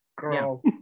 Girl